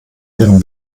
ihrem